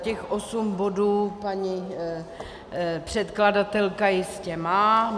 Těch osm bodů paní předkladatelka jistě má.